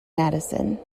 madison